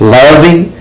loving